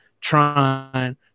trying